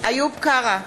איוב קרא,